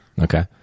okay